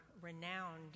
renowned